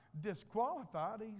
disqualified